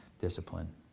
discipline